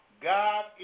God